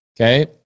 Okay